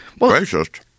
Racist